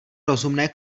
rozumné